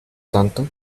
tanto